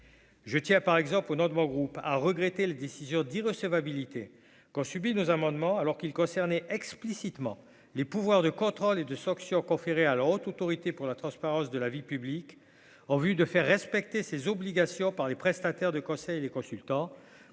Je tiens par exemple, au nom de mon groupe, a regretté la décision d'recevabilité qu'ont subi nos amendements, alors qu'ils concernaient explicitement les pouvoirs de contrôle et de sanction conféré à l'autre autorité pour la transparence de la vie publique en vue de faire respecter ses obligations par les prestataires de conseils, les consultants,